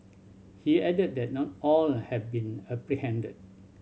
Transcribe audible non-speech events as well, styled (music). he added that not all (unintelligible) have been apprehended